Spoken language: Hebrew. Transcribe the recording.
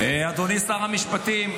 אדוני שר המשפטים,